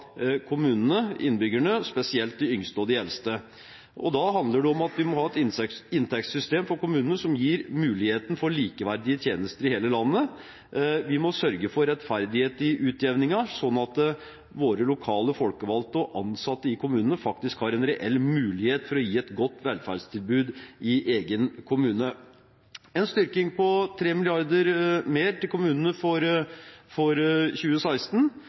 kommunene, innbyggerne, spesielt de yngste og de eldste. Da handler det om at vi må ha et inntektssystem for kommunene som gir muligheten for likeverdige tjenester i hele landet. Vi må sørge for rettferdighet i utjevningen sånn at våre lokale folkevalgte og ansatte i kommunene faktisk har en reell mulighet for å gi et godt velferdstilbud i egen kommune. En styrking på 3 mrd. kr mer til kommunene for 2016,